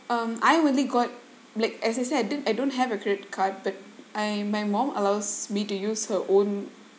um I only got like as I said I did~ I don't have a credit card but I my mum allows me to use her own